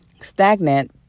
stagnant